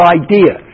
idea